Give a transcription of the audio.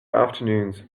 afternoons